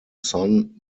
son